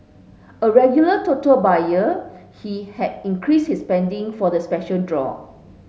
a regular Toto buyer he had increases his spending for the special draw